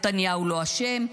נתניהו לא אשם,